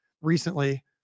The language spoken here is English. recently